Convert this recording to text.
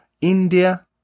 India